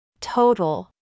Total